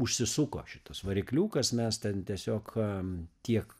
užsisuko šitas varikliukas mes ten tiesiog tiek